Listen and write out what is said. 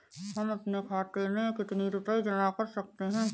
हम अपने खाते में कितनी रूपए जमा कर सकते हैं?